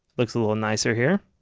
looks a little nicer here.